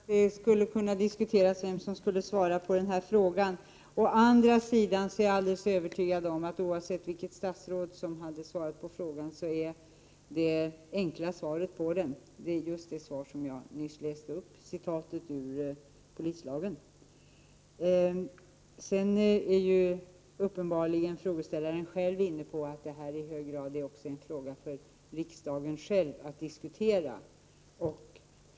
Herr talman! Det är riktigt att det kan diskuteras vem som skulle svara på den här frågan. Å andra sidan är jag helt övertygad om att oavsett vilket statsråd som hade svarat, hade det enkla svaret blivit just det citat ur polislagen som jag nyss läste upp. Även frågeställaren är uppenbarligen inne på att detta också i hög grad är en fråga för riksdagen själv att diskutera.